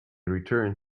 returned